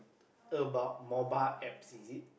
about mobile apps is it